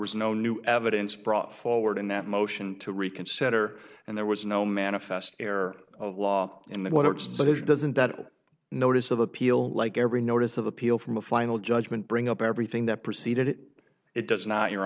was no new evidence brought forward in that motion to reconsider and there was no manifest error of law in that what it says doesn't that notice of appeal like every notice of appeal from a final judgment bring up everything that preceded it it does not your